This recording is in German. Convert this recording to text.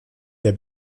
der